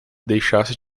deixasse